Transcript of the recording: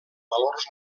valors